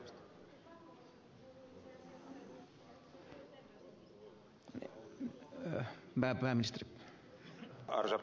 arvoisa puhemies